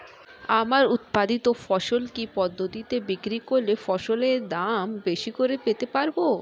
আমার উৎপাদিত ফসল কি পদ্ধতিতে বিক্রি করলে ফসলের দাম বেশি করে পেতে পারবো?